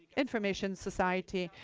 information society.